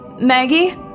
Maggie